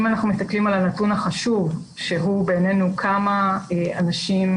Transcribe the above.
אם אנחנו מסתכלים על הנתון החשוב שהוא בעינינו כמה אנשים